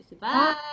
Bye